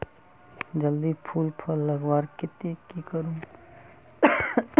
जल्दी फूल फल लगवार केते की करूम?